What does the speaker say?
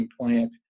plant